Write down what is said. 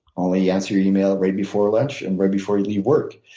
only answer email right before lunch and right before you leave work.